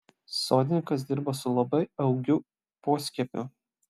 sodininkas dirba su labai augiu poskiepiu